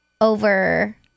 over